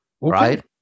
right